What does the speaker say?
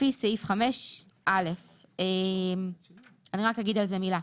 לפי סעיף 5א". אני אומר על זה מילה.